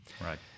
Right